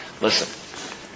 Listen